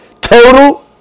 total